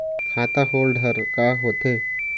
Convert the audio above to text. खाता होल्ड हर का होथे?